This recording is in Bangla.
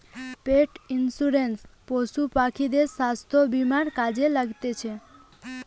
পেট ইন্সুরেন্স পশু পাখিদের স্বাস্থ্য বীমা কাজে লাগতিছে